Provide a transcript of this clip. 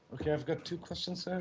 okay, i've got two questions, sir.